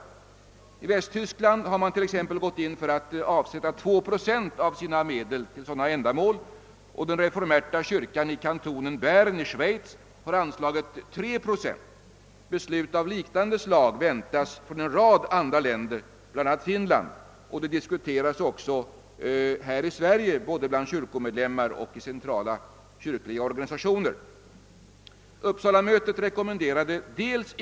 I Västtyskland har man t.ex. gått in för att avsätta 2 procent av sina medel till sådana ändamål, och den reformerta kyrkan i kantonen Bern i Schweiz har anslagit 3 procent. Beslut av liknande slag väntas från en rad andra länder, bl.a. Finland, och det diskuteras ofta här i Sverige, både bland kyrkomedlemmar och i centrala kyrkliga organisationer, huruvida man borde förfara på samma sätt.